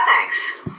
thanks